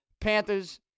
Panthers